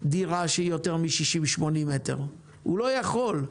דירה שהיא יותר מ-60, 80 מ"ר, לא יכול.